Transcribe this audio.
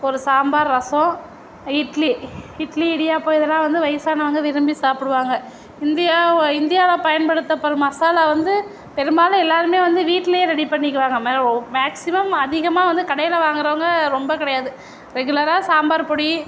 ஒரு சாம்பார் ரசம் இட்லி இட்லி இடியாப்பம் இதெல்லாம் வந்து வயிசானவங்க விரும்பி சாப்பிடுவாங்க இந்தியாவோ இந்தியாவில் பயன்படுத்தப்படும் மசாலா வந்து பெரும்பாலும் எல்லோருமே வந்து வீட்லேயே ரெடி பண்ணிக்குவாங்க மேக்ஸிமம் அதிகமாக வந்து கடையில் வாங்குறவுங்க ரொம்ப கிடையாது ரெகுலராக சாம்பார் பொடி